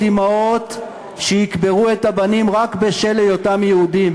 אימהות שיקברו את הבנים רק בשל היותם יהודים.